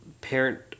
parent